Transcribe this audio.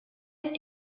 est